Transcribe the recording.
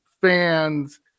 fans